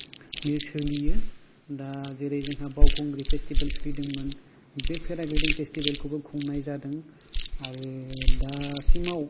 बे सोलियो दा जेरै जोंहा बावखुंग्रि फेस्टिभेल सोलिदोंमोन बे फेराग्लायडिं फेस्टिभेलखौबो खुंनाय जादों आरो दासिमाव